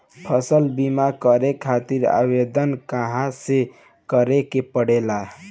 फसल बीमा करे खातिर आवेदन कहाँसे करे के पड़ेला?